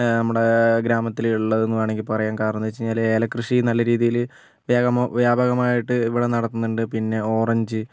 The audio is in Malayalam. നമ്മുടെ ഗ്രാമത്തിൽ ഉള്ളതെന്ന് വേണമെങ്കിൽ പറയാം കാരണം എന്നു വെച്ച് കഴിഞ്ഞാൽ ഏലകൃഷി നല്ലരീതിയിൽ വേഗമോ വ്യാപകമായിട്ട് ഇവിടെ നടക്കുന്നുണ്ട് പിന്നെ ഓറഞ്ച്